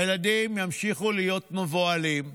הילדים ימשיכו להיות מבוהלים,